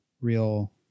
real